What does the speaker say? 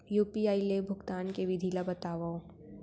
UPI ले भुगतान के विधि ला बतावव